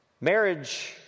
Marriage